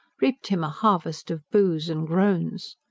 reaped him a harvest of boos and groans.